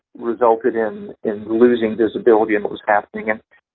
resulted in losing visibility in what was happening. and